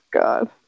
god